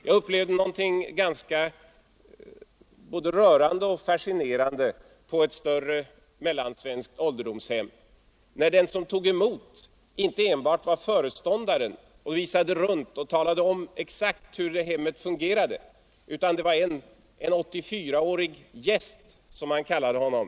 Jag upplevde något både rörande och fascinerande på ett större mellansvenskt ålderdomshem: Den som tog emot och visade runt och talade om exakt hur hemmet fungerade var inte föreståndaren utan en 84-årig gäst, som man kallade honom.